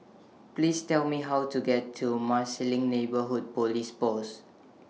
Please Tell Me How to get to Marsiling Neighbourhood Police Post